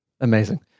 Amazing